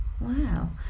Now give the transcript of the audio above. Wow